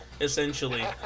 essentially